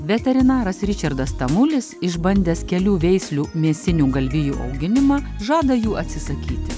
veterinaras ričardas tamulis išbandęs kelių veislių mėsinių galvijų auginimą žada jų atsisakyti